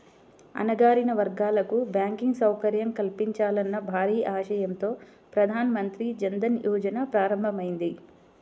అణగారిన వర్గాలకు బ్యాంకింగ్ సౌకర్యం కల్పించాలన్న భారీ ఆశయంతో ప్రధాన మంత్రి జన్ ధన్ యోజన ప్రారంభమైంది